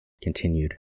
continued